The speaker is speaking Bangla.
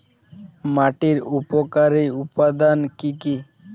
মাটির উপকারী উপাদান কি কি?